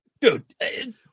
Dude